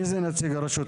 מי זה נציג הרשות?